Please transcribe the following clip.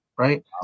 right